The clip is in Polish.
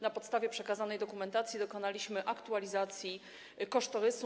Na podstawie przekazanej dokumentacji dokonaliśmy aktualizacji kosztorysu.